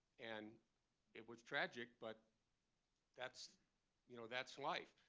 and it was tragic, but that's you know that's life.